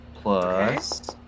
plus